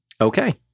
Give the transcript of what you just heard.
Okay